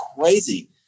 crazy